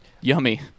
Yummy